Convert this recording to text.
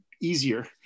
easier